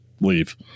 leave